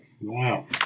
Wow